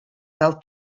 fel